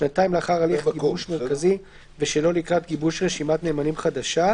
שנתיים לאחר הליך גיבוש מרכזי ושלא לקראת גיבוש רשימת נאמנים חדשה,"